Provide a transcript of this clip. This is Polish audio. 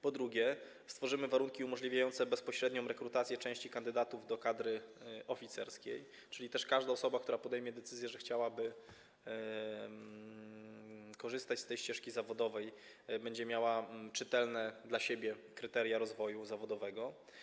Po drugie, stworzymy warunki umożliwiające bezpośrednią rekrutację części kandydatów do kadry oficerskiej, czyli każdą osobę, która podejmie decyzję, że chciałaby korzystać z tej ścieżki zawodowej, obejmą czytelne dla niej kryteria rozwoju zawodowego.